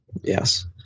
Yes